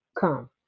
come